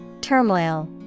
Turmoil